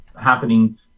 happening